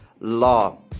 law